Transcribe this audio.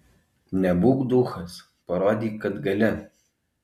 nebūk duchas parodyk kad gali